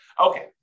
Okay